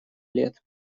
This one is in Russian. лет